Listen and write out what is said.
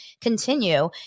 continue